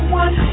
one